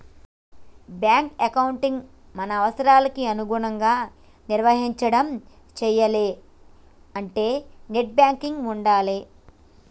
bank ఎకౌంటుని మన అవసరాలకి అనుగుణంగా నిర్వహించడం చెయ్యాలే అంటే నెట్ బ్యాంకింగ్ ఉండాలే